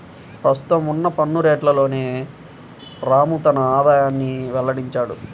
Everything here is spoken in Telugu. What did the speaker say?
ప్రస్తుతం ఉన్న పన్ను రేట్లలోనే రాము తన ఆదాయాన్ని వెల్లడించాడు